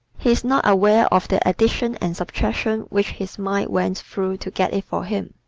he is not aware of the addition and subtraction which his mind went through to get it for him.